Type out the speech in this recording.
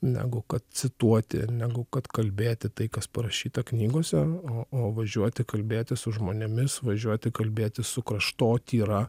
negu kad cituoti negu kad kalbėti tai kas parašyta knygose o o važiuoti kalbėtis su žmonėmis važiuoti kalbėtis su kraštotyra